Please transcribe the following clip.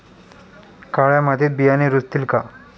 काळ्या मातीत बियाणे रुजतील का?